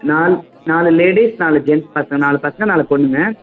நால் நாலு லேடீஸ் நாலு ஜென்ஸ் பசங்க நாலு பசங்க நாலு பொண்ணுங்க